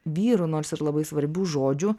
vyrų nors ir labai svarbių žodžių